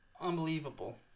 unbelievable